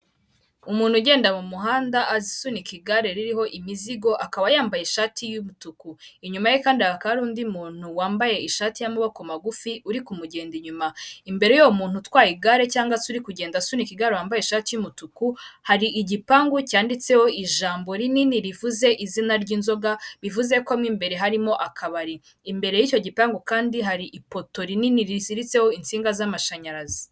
Umuntu ugenda mu muhanda asunika igare ririho imizigo akaba yambaye ishati y'umutuku, inyuma ye kandi hakaba ari undi muntu wambaye ishati y'amaboko magufi uri kumugenda inyuma. Imbere y'uwo muntu utwaye igare cyangwa se uri kugenda asunika igare wambaye ishati y'umutuku hari igipangu cyanditseho ijambo rinini rivuze izina ry'inzoga bivuze ko mu imbere harimo akabari. Imbere y'icyo gipangu kandi hari ipoto rinini riziritseho insinga z'amashanyarazi.